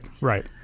right